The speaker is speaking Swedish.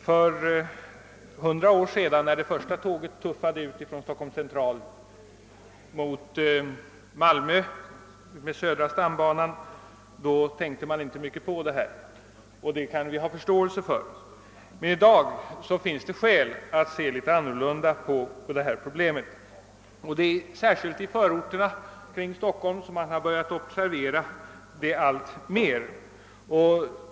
För hundra år sedan, när det första tåget tuffade ut från Stockholms central mot Malmö på södra stambanan, tänkte man inte mycket på detta problem, och det kan vi ha förståelse för. Men i dag finns det skäl att se annorlunda på det. Särskilt i förorterna kring Stockholm har man börjat observera det allt mer.